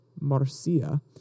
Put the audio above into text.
Marcia